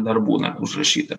dar būna užrašyta